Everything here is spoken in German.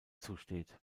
zusteht